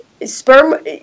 Sperm